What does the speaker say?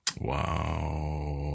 Wow